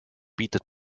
bietet